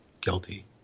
guilty